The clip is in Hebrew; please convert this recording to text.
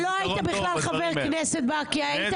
שלא היית בכלל חבר כנסת בה כי היית